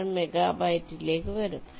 6 മെഗാബൈറ്റിലേക്ക് വരും